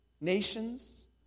nations